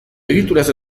egituraz